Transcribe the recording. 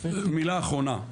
מילה אחרונה.